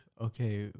Okay